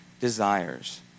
desires